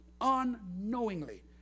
unknowingly